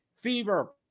fever